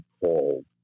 called